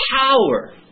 power